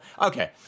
Okay